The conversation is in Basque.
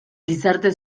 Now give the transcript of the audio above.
gizarte